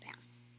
pounds